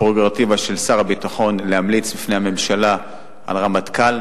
הפררוגטיבה של שר הביטחון להמליץ בפני הממשלה על רמטכ"ל,